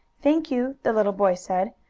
thank you, the little boy said.